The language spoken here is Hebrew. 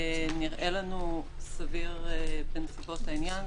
נראה לנו סביר בנסיבות העניין.